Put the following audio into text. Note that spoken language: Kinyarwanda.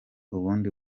ubundi